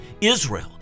Israel